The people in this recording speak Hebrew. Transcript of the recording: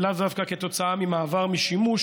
ולאו דווקא ממעבר משימוש